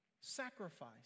Sacrifice